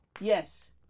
yes